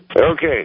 Okay